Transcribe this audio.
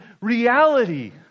reality